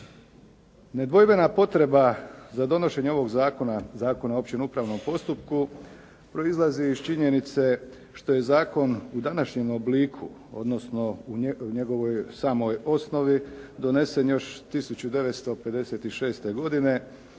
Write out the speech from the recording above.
Nedvojbena potreba za donošenje ovog zakona, Zakona o općem upravnom postupku proizlazi iz činjenice što je zakon u današnjem obliku odnosno u njegovoj samoj osnovi donesen još 1956. godine